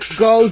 go